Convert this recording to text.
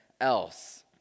else